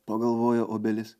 pagalvojo obelis